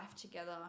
together